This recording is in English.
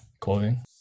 clothing